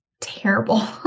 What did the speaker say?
terrible